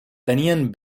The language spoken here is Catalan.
tenien